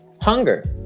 hunger